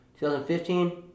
2015